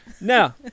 now